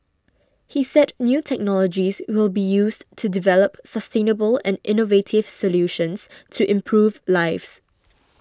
he said new technologies will be used to develop sustainable and innovative solutions to improve lives